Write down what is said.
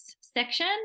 section